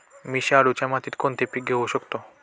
मी शाडूच्या मातीत कोणते पीक घेवू शकतो?